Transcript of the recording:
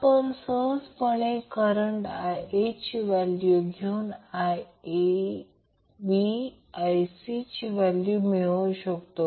आपण सहजपणे करंट Iaची व्हॅल्यू घेऊन Ib आणि Ic ची व्हॅल्यू मिळवू शकतो